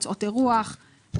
הוצאות אירוח,